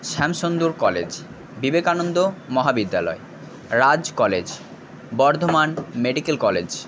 Shyamsundar college Vivekananda Mahavidyalaya Raj college Bardhaman medical college